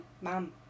mom